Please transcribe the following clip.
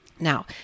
Now